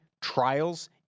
trials